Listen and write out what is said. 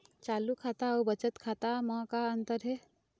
चालू खाता अउ बचत खाता म का अंतर हे?